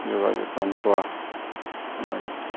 ᱡᱚᱜᱟᱣ ᱡᱚᱛᱚᱱ ᱠᱚᱣᱟ ᱚᱱᱟᱜᱮ